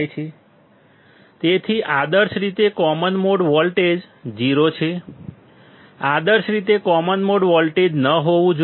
તેથી આદર્શ રીતે કોમન મોડ વોલ્ટેજ 0 છે આદર્શ રીતે કોમન મોડ વોલ્ટેજ ન હોવું જોઈએ